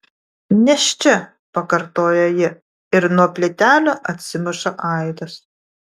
nėščia pakartoja ji ir nuo plytelių atsimuša aidas